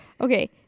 Okay